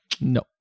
no